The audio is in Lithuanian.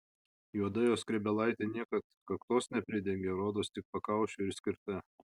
juoda jo skrybėlaitė niekad kaktos nepridengia rodos tik pakaušiui ir skirta